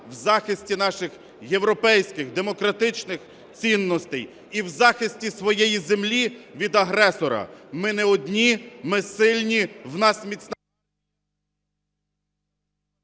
в захисті наших європейських демократичних цінностей, і в захисті своєї землі від агресора. Ми не одні, ми сильні, у нас…